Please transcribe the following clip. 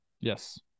Yes